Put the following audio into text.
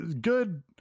Good